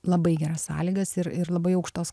labai geras sąlygas ir ir labai aukštos